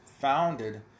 founded